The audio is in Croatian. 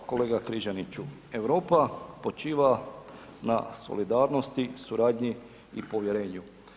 Pa kolega Križaniću, Europa počiva na solidarnosti, suradnji i povjerenju.